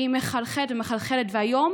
היא מחלחלת ומחלחלת, והיום